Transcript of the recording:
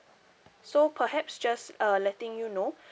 so perhaps just uh letting you know